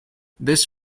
this